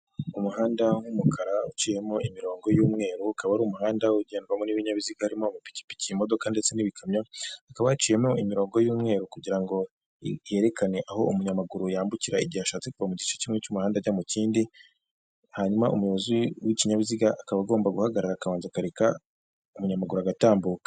Umuhanda w'umukara uciyemo imirongo y'umweru ,ukaba ari umuhanda ugenwamo n'ibinbiziga haririmo amapikipiki ,imodoka ndetse n'ibikamyo hakaba haciyemo imirongo y'umweru kugira ngo yerekane aho umunyamaguru yambukira igihe ashatse kuva mu gice kimwe cy'umuhanda ajya mu kindi .Hanyuma umuyobozi w'ikinyabiziga akaba agomba guhagarara akabanza akareka umunyamaguru agatambuka.